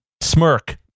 smirk